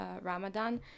Ramadan